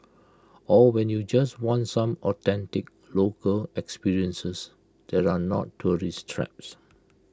or when you just want some authentic local experiences that are not tourist traps